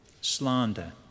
slander